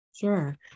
Sure